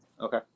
Okay